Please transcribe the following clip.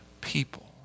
people